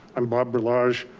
i'm bob berlage